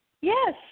Yes